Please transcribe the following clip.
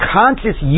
conscious